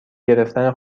گرفتن